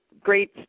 great